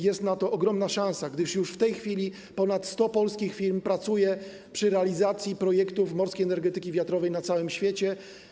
Jest na to ogromna szansa, gdyż już w tej chwili ponad 100 polskich firm pracuje przy realizacji projektów morskiej energetyki wiatrowej na całym świecie.